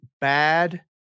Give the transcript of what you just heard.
bad